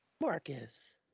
Marcus